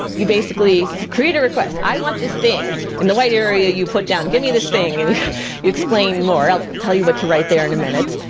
you basically create a request. i want this thing. in the white area you put down, give me this thing, and you you explain more. i'll tell you what to write there in a minute.